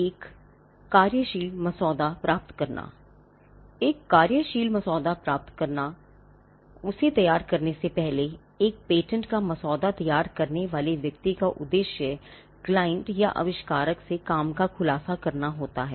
एक कार्यशील मसौदा प्राप्त करना एक पेटेंट का मसौदा तैयार करने से पहले एक पेटेंट का मसौदा तैयार करने वाले व्यक्ति का उद्देश्य क्लाइंट या आविष्कारक से काम का खुलासा करना होता है